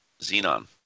Xenon